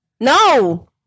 No